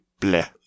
bleh